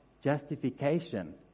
justification